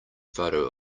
photo